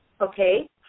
Okay